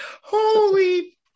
Holy